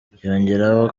yongeraho